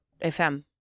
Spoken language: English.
FM